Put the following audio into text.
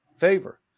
favor